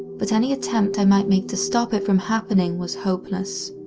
but any attempt i might make to stop it from happening was hopeless.